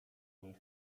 niej